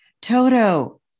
Toto